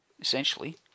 essentially